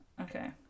okay